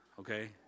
okay